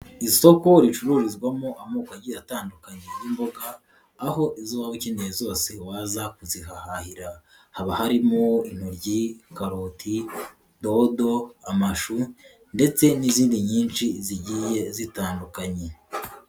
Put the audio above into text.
Isoko ricururizwamo amoko agiye atandukanye y'imboga aho izo waba ukeneye zose waza kuzihahahira, haba harimo intoryi, karoti, dodo, amashu ndetse n'izindi nyinshi zigiye zitandukanye.